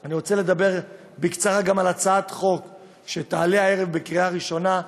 אני רוצה לדבר בקצרה גם על הצעת חוק שתעלה הערב לקריאה ראשונה,